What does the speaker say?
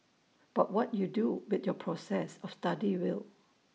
but what you do with your process of study will